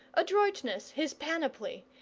adroitness his panoply,